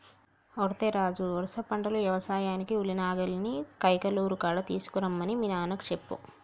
ఓరై రాజు వరుస పంటలు యవసాయానికి ఉలి నాగలిని కైకలూరు కాడ తీసుకురమ్మని మీ నాన్నకు చెప్పు